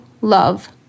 love